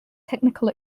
technical